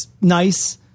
nice